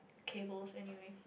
cables anyway